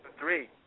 Three